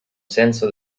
senso